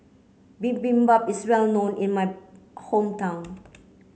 Bibimbap is well known in my hometown